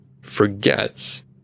forgets